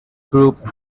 group